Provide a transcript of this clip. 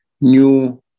new